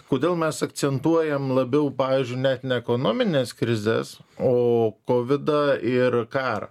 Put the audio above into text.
kodėl mes akcentuojam labiau pavyzdžiui net ne ekonomines krizes o kovidą ir karą